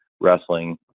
wrestling